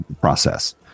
process